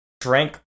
drank